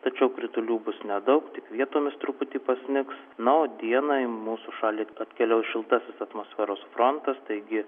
tačiau kritulių bus nedaug tik vietomis truputį pasnigs na o dieną į mūsų šalį atkeliaus šiltasis atmosferos frontas taigi